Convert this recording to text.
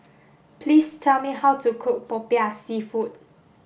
please tell me how to cook popiah seafood